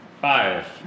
Five